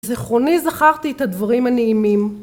בזכרוני זכרתי את הדברים הנעימים